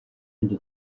into